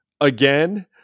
again